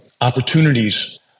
opportunities